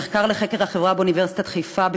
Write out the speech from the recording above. המכון לחקר החברה באוניברסיטת חיפה,